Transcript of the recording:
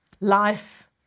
life